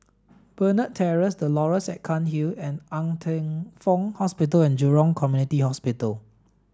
Burner Terrace The Laurels at Cairnhill and Ng Teng Fong Hospital and Jurong Community Hospital